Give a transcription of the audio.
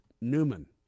Newman